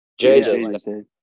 JJ